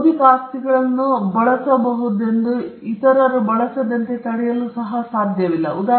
ಕೆಲವು ಬೌದ್ಧಿಕ ಆಸ್ತಿಗಳನ್ನು ಬಳಸಬಹುದೆಂಬುದನ್ನು ನೀವು ಇತರರು ಬಳಸದಂತೆ ತಡೆಯಲು ಸಾಧ್ಯವಿಲ್ಲ